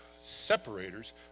separators